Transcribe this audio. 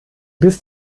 bis